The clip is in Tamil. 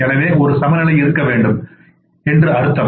எனவே ஒரு சமநிலை இருக்க வேண்டும் என்று அர்த்தம்